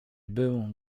był